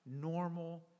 normal